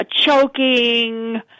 choking